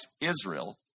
Israel